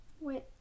wait